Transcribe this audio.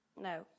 No